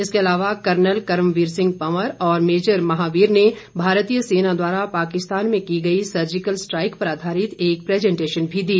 इसके अलावा कर्नल कर्मवीर सिंह पंवर और मेजर महावीर ने भारतीय सेना द्वारा पाकिस्तान में की गई सर्जिकल स्ट्राईक पर आधारित एक प्रैजेन्टेशन भी दी